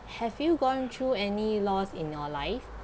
have you gone through any loss in your life